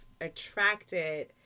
attracted